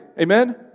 Amen